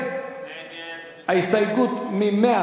ההסתייגות מס'